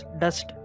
dust